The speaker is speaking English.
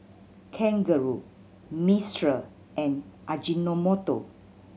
Kangaroo Mistral and Ajinomoto